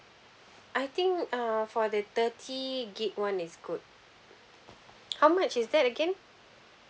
I think uh for the thirty gig one is good how much is that again